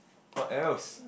what else